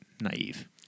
naive